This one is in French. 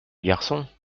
garçon